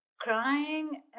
crying